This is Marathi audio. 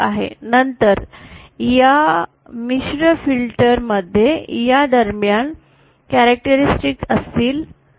नंतर या मिश्रित फिल्टर मध्ये या दरम्यान वैशिष्ट्ये असतील